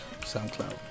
SoundCloud